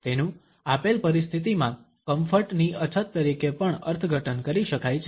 તેનું આપેલ પરિસ્થિતિમાં કમફર્ટ ની અછત તરીકે પણ અર્થઘટન કરી શકાય છે